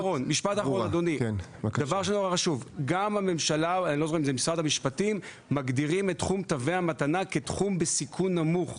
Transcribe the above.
גם הממשלה מגדירה את תחום תווי המתנה כתחום בסיכון נמוך.